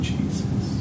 Jesus